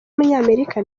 w’umunyamerika